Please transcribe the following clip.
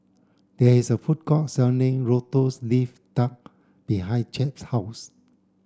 there is a food court selling lotus leaf duck behind Jett's house